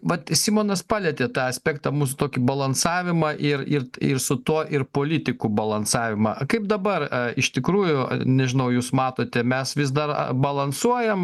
vat simonas palietė tą aspektą mūsų tokį balansavimą ir ir ir su tuo ir politikų balansavimą kaip dabar iš tikrųjų nežinau jūs matote mes vis dar balansuojam